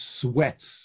sweats